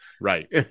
Right